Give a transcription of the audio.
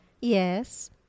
Yes